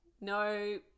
no